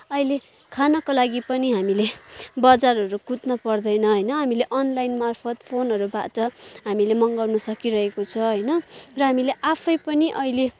अहिले खानको लागि पनि हामीले बजारहरू कुद्न पर्दैन होइन हामीले अनलाइन मार्फत् फोनहरूबाट हामीले मगाउन सकिरहेको छ होइन र हामीले आफै पनि अहिले